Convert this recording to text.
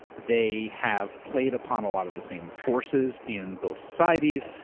they have played upon a lot of the same forces in both societies.